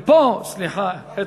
פה, סליחה.